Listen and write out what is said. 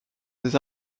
des